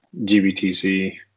GBTC